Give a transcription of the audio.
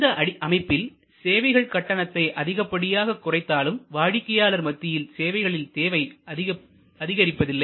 இந்த அமைப்பில் சேவைகள் கட்டணத்தை அதிகப்படியாக குறைத்தாலும் வாடிக்கையாளர் மத்தியில் சேவைகளில் தேவை அதிகரிப்பதில்லை